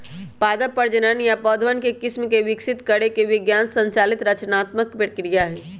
पादप प्रजनन नया पौधवन के किस्म के विकसित करे के विज्ञान संचालित रचनात्मक प्रक्रिया हई